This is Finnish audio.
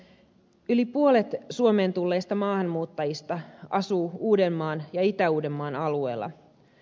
yli puolet suomeen tulleista maahanmuuttajista asuu uudenmaan ja itä uudenmaan alueella